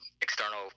external